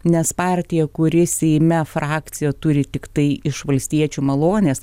nes partija kuri seime frakciją turi tiktai iš valstiečių malonės